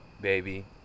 baby